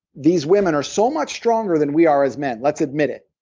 these women are so much stronger than we are as men, let's admit it.